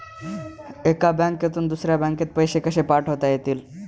एका बँकेतून दुसऱ्या बँकेत पैसे कसे पाठवता येतील?